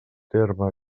terme